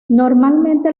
normalmente